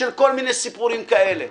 של כל מיני סיפורים כאלה.